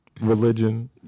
Religion